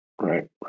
Right